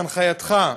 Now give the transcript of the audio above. בהנחייתך,